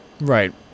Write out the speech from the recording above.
Right